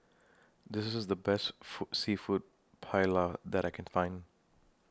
This IS The Best Food Seafood Paella that I Can Find